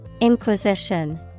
Inquisition